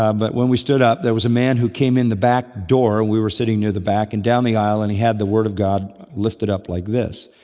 um but when we stood up, there was a man who came in the back door, we were sitting near the back, came and down the aisle and he had the word of god lifted up like this.